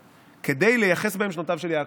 כדי לייחס בהם שמותיו של יעקב,